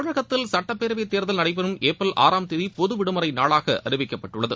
தமிழகத்தில் சட்டப்பேரவைத்தேர்தல் நடைபெறும் ஏப்ரல் ஆறாம் தேதி பொதுவிடுமுறை நாளாக அறிவிக்கப்பட்டுள்ளது